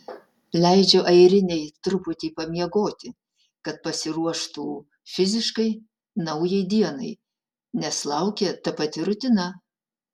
leidžiu airinei truputį pamiegoti kad pasiruoštų fiziškai naujai dienai nes laukia ta pati rutina